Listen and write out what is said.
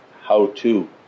how-to